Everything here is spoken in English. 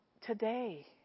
Today